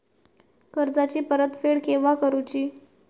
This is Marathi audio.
कर्जाची परत फेड केव्हा करुची?